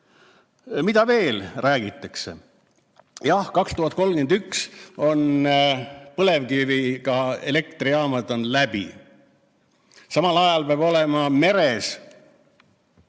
Mida veel räägitakse? Jah, 2031 on põlevkivielektrijaamad läbi. Samal ajal peab olema meres